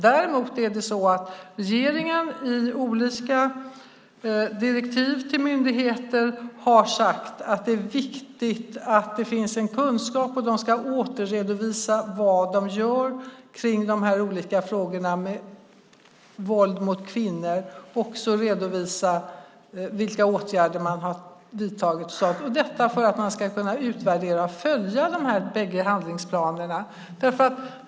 Däremot har regeringen i olika direktiv till myndigheter sagt att det är viktigt att det finns en kunskap. De ska återredovisa vad de gör kring de här olika frågorna om våld mot kvinnor, också redovisa vilka åtgärder de har vidtagit. Det är för att man ska kunna utvärdera och följa de bägge handlingsplanerna.